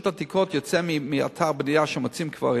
העתיקות תצא מאתר בנייה כשמוצאים קברים,